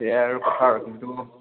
সেইয়াই আৰু কথা আৰু কিন্তু